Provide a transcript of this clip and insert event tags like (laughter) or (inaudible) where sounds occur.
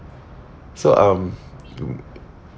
so um (noise)